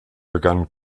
begannen